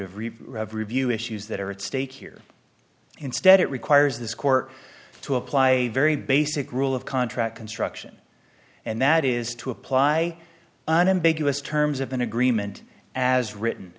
review review issues that are at stake here instead it requires this court to apply very basic rule of contract construction and that is to apply an ambiguous terms of an agreement as written